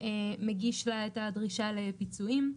מגיש לה את הדרישה לפיצויים.